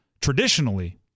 traditionally